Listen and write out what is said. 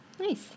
Nice